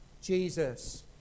Jesus